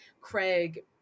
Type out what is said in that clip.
Craig